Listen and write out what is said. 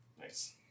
Nice